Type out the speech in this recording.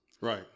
Right